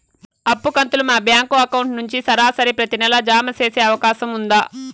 అప్పు కంతులు మా బ్యాంకు అకౌంట్ నుంచి సరాసరి ప్రతి నెల జామ సేసే అవకాశం ఉందా?